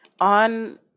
on